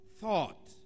thought